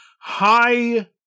high